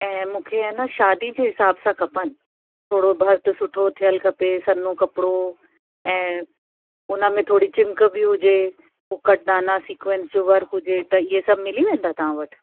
ऐं मूंखे हेन शादी जे हिसाब सां खपनि थोरो भर्थ सुठो थियलु खपे सन्हो कपिड़ो ऐं उन में थोरी चिमक बि हुजे हो कट दाना सीक्वेंस जो वर्क हुजे त इहे सभु मिली वेंदा तव्हां वटि